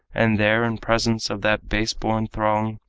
and there in presence of that base-born throng,